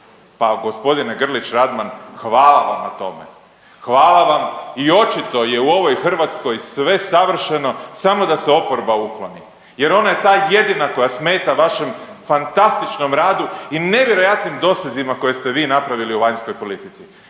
Pa gospodine Grlić Radman hvala vam na tome. Hvala vam i očito je u ovoj Hrvatskoj sve savršeno samo da se oporba ukloni jer ona je ta jedina koja smeta vašem fantastičnom radu i nevjerojatnim dosezima koje ste vi napravili u vanjskoj politici.